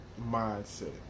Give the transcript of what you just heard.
mindset